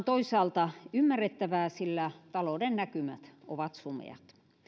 toisaalta ymmärrettävää sillä talouden näkymät ovat sumeat